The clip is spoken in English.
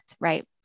right